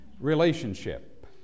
relationship